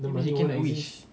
then you cannot wish